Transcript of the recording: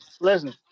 Listen